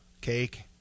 cake